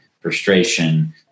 frustration